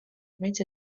რომელიც